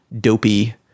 dopey